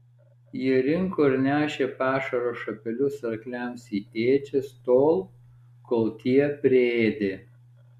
jie rinko ir nešė pašaro šapelius arkliams į ėdžias tol kol tie priėdė